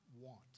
want